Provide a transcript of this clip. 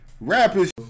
Rappers